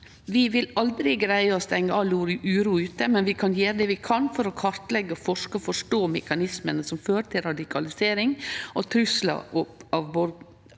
Vi vil aldri greie å stengje all uro ute, men vi kan gjere det vi kan for å kartleggje, forske og forstå mekanismane som fører til radikalisering og truslar borgarar